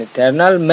Eternal